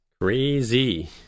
Crazy